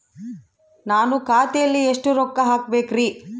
ನಾನು ಖಾತೆಯಲ್ಲಿ ಎಷ್ಟು ರೊಕ್ಕ ಹಾಕಬೇಕ್ರಿ?